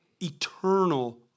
eternal